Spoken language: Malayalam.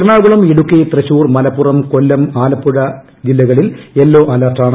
എറണാകുളം ഇടുക്കി തൃശൂർ മലപ്പുറം കൊല്ലം ആലപ്പുഴ എന്നീ ജില്ലകളിൽ യെല്ലോ അലർട്ടാണ്